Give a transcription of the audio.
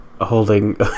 holding